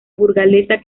burgalesa